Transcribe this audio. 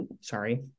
Sorry